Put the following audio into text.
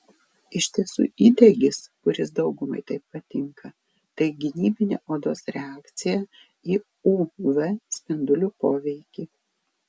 iš tiesų įdegis kuris daugumai taip patinka tai gynybinė odos reakcija į uv spindulių poveikį